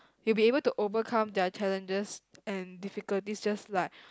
will be able to overcome their challenges and difficulties just like